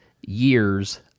years